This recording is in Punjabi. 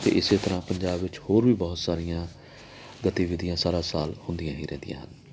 ਅਤੇ ਇਸ ਤਰ੍ਹਾਂ ਪੰਜਾਬ ਵਿੱਚ ਹੋਰ ਵੀ ਬਹੁਤ ਸਾਰੀਆਂ ਗਤੀਵਿਧੀਆਂ ਸਾਰਾ ਸਾਲ ਹੁੰਦੀਆਂ ਹੀ ਰਹਿੰਦਿਆ ਹਨ